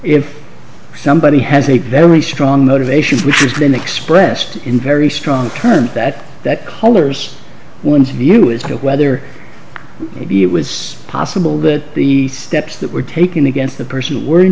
if somebody has a very strong motivation which has been expressed in very strong terms that that colors one's view as to whether maybe it was possible that the steps that were taken against the person were in